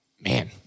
man